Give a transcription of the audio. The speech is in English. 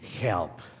help